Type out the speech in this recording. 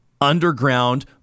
underground